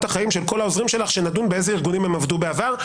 החיים של כל העוזרים שלך שנדון באיזה ארגונים הם עבדו בעבר.